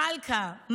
מלכה,